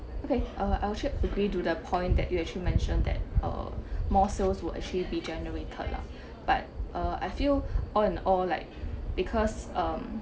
okay uh I should agree to the point that you actually mentioned that uh more sales will actually be generated lah but uh I feel all in all like because um